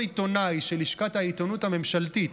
עיתונאי של לשכת העיתונות הממשלתית,